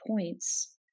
points